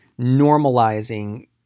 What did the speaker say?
normalizing